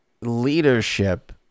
leadership